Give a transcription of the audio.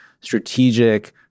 strategic